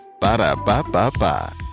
Ba-da-ba-ba-ba